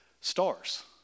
stars